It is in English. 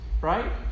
Right